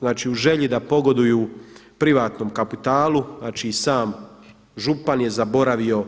Znači u želji da pogoduju privatnom kapitalu, znači i sam župan je zaboravio,